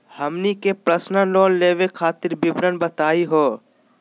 हमनी के personal loan लेवे खातीर विवरण बताही हो?